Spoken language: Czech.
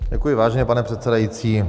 Děkuji, vážený pane předsedající.